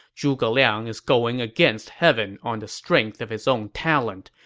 zhuge liang is going against heaven on the strength of his own talent.